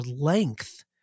length